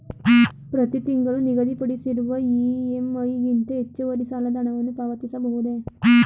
ಪ್ರತಿ ತಿಂಗಳು ನಿಗದಿಪಡಿಸಿರುವ ಇ.ಎಂ.ಐ ಗಿಂತ ಹೆಚ್ಚುವರಿ ಸಾಲದ ಹಣವನ್ನು ಪಾವತಿಸಬಹುದೇ?